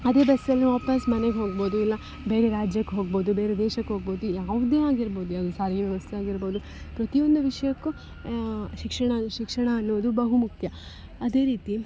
ಅದೇ ಬಸ್ಸಲ್ಲೆ ವಾಪಾಸ್ಸು ಮನೆಗೆ ಹೋಗ್ಬೌದು ಇಲ್ಲ ಬೇರೆ ರಾಜ್ಯಕ್ಕೆ ಹೋಗ್ಬೌದು ಬೇರೆ ದೇಶಕ್ಕೆ ಹೋಗ್ಬೌದು ಯಾವುದೇ ಆಗಿರ್ಬೌದು ಯಾವುದು ಸಾರಿಗೆ ವ್ಯವಸ್ಥೆ ಆಗಿರ್ಬೌದು ಪ್ರತಿ ಒಂದು ವಿಷಯಕ್ಕೂ ಶಿಕ್ಷಣ ಶಿಕ್ಷಣ ಅನ್ನೋದು ಬಹುಮುಖ್ಯ ಅದೇ ರೀತಿ